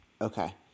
Okay